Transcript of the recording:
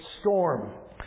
storm